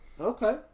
Okay